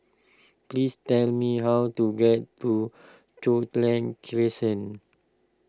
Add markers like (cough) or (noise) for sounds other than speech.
please tell me how to get to (unintelligible) Crescent